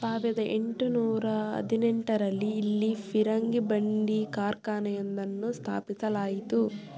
ಸಾವಿರದ ಎಂಟು ನೂರ ಹದಿನೆಂಟರಲ್ಲಿ ಇಲ್ಲಿ ಫಿರಂಗಿ ಬಂಡಿ ಕಾರ್ಖಾನೆಯೊಂದನ್ನು ಸ್ಥಾಪಿಸಲಾಯಿತು